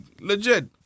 legit